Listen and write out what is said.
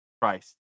Christ